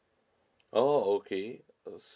oh okay